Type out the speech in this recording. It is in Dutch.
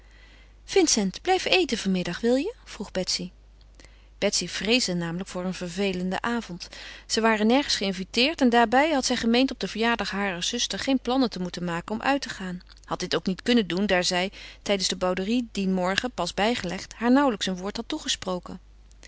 vincent blijf eten vanmiddag wil je vroeg betsy betsy vreesde namelijk voor een vervelende avond zij waren nergens geïnviteerd en daarbij had zij gemeend op den verjaardag harer zuster geen plannen te moeten maken om uit te gaan had dit ook niet kunnen doen daar zij tijdens de bouderie dien morgen pas bijgelegd haar nauwelijks een woord had toegesproken